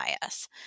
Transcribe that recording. bias